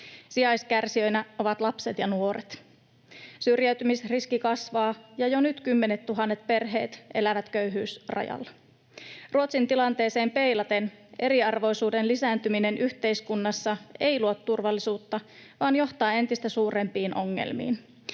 Sijaiskärsijöinä ovat lapset ja nuoret. Syrjäytymisriski kasvaa, ja jo nyt kymmenettuhannet perheet elävät köyhyysrajalla. Ruotsin tilanteeseen peilaten eriarvoisuuden lisääntyminen yhteiskunnassa ei luo turvallisuutta vaan johtaa entistä suurempiin ongelmiin.